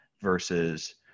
versus